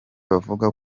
bavuga